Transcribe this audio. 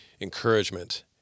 encouragement